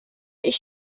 ich